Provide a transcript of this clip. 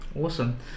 Awesome